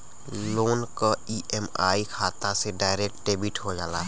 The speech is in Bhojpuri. लोन क ई.एम.आई खाता से डायरेक्ट डेबिट हो जाला